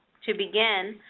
to begin,